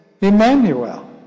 Emmanuel